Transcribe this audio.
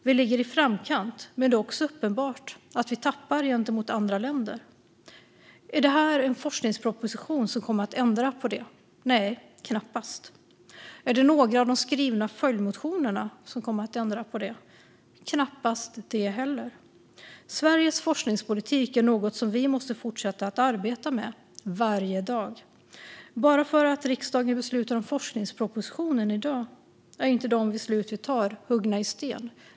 Vi ligger i framkant, men det är också uppenbart att vi tappar gentemot andra länder. Är detta en forskningsproposition som kommer att ändra på det? Nej, knappast. Är det några av de skrivna följdmotionerna som kommer att ändra på det? Knappast det heller. Sveriges forskningspolitik är något som vi måste fortsätta att arbeta med varje dag. Bara för att riksdagen beslutar om forskningspropositionen är inte de beslut vi fattar i dag huggna i sten.